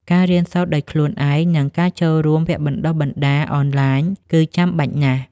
ការរៀនសូត្រដោយខ្លួនឯង និងការចូលរួមវគ្គបណ្តុះបណ្តាលអនឡាញ គឺចាំបាច់ណាស់។